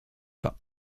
pas